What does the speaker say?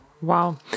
Wow